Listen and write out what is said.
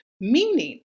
meaning